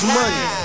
money